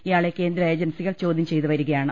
ഇയാളെ കേന്ദ്ര ഏജൻസികൾ ചോദ്യം ചെയ്ത് വരികയാണ്